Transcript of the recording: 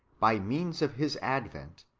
by means of his advent,